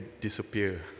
disappear